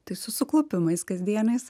tai su suklupimais kasdieniais